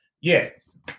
Yes